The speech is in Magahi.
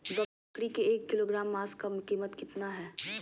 बकरी के एक किलोग्राम मांस का कीमत कितना है?